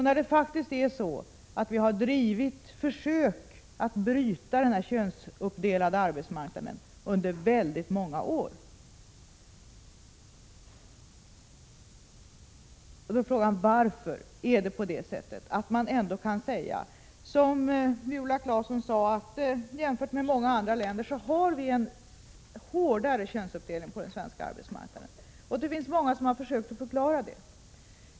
När vi dessutom har drivit försök att bryta den könsuppdelade arbetsmarknaden under väldigt många år, är frågan: Hur kan det komma sig att man ändå kan säga, som Viola Claesson sade, att vi jämfört med många andra länder har en hårdare könsuppdelning på den svenska arbetsmarknaden? Det finns många som har försökt förklara detta.